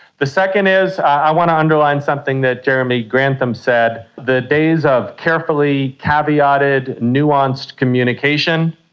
the second is i want to underline something that jeremy grantham said, the days of carefully caveated, nuanced communication,